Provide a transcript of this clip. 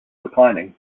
declining